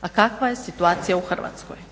A kakva je situacija u Hrvatskoj?